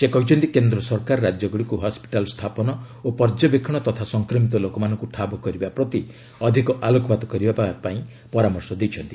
ସେ କହିଛନ୍ତି କେନ୍ଦ୍ର ସରକାର ରାଜ୍ୟଗୁଡ଼ିକୁ ହସ୍କିଟାଲ ଓ ପର୍ଯ୍ୟବେକ୍ଷଣ ତଥା ସଂକ୍ରମିତ ଲୋକମାନଙ୍କୁ ଠାବ କରିବା ପ୍ରତି ଅଧିକ ଆଲୋକପାତ କରିବାକୁ ପରାମର୍ଶ ଦେଇଛନ୍ତି